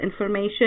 information